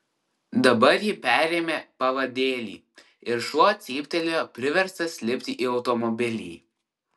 dabar ji perėmė pavadėlį ir šuo cyptelėjo priverstas lipti į automobilį